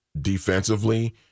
defensively